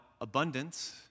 abundance